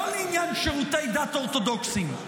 לא לעניין שירותי דת אורתודוקסיים,